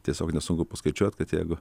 tiesiog nesunku paskaičiuot kad jeigu